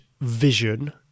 vision